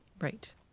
Right